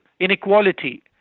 inequality